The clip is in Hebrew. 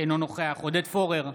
אינו נוכח עודד פורר,